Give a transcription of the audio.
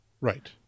Right